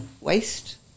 waste